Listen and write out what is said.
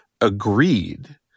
agreed